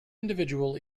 individual